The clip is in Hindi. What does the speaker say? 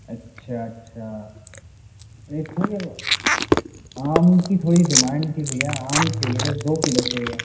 अच्छा अच्छा आम की थोड़ी डिमांड थी भैया आम चाहिए था दो किलो चाहिए